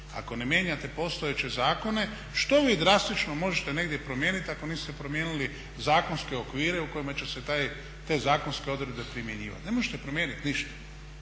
ako ne mijenjate postojeće zakone što vi drastično možete negdje promijeniti ako niste promijenili zakonske okvire u kojima će se te zakonske odredbe primjenjivati. Ne možete promijeniti ništa.